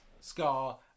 Scar